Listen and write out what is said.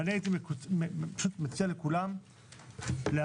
אני הייתי פשוט מציע לכולם להרגיע,